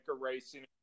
racing